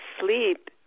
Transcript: sleep